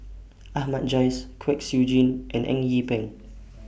Ahmad Jais Kwek Siew Jin and Eng Yee Peng